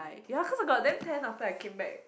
ya then how come I got damn tan after I came back